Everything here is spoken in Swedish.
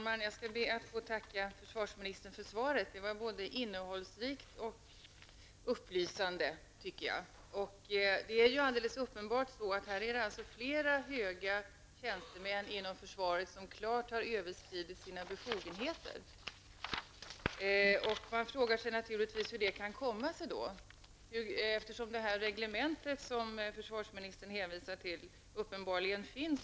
Fru talman! Jag ber att få tacka försvarsministern för svaret. Det var både innehållsrikt och upplysande. Det är alldeles uppenbart att flera höga tjänstemän inom försvaret klart har överskridit sina befogenheter. Man frågar sig naturligtvis hur detta kan komma sig, eftersom det reglemente som försvarsministern hänvisar till uppenbarligen finns.